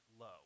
low